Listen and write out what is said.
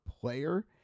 player